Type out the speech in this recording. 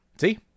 See